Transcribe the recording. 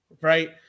Right